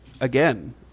again